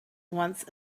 once